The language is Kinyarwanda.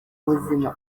buzima